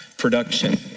Production